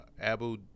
Abu